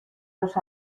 los